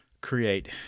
create